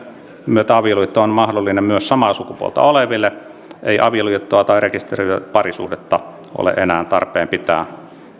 myötä avioliitto on mahdollinen myös samaa sukupuolta oleville ei avioliittoa tai rekisteröityä parisuhdetta ole enää tarpeen pitää